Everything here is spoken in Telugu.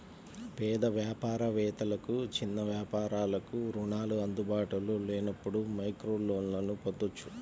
పేద వ్యాపార వేత్తలకు, చిన్న వ్యాపారాలకు రుణాలు అందుబాటులో లేనప్పుడు మైక్రోలోన్లను పొందొచ్చు